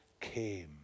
came